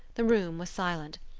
the room was silent.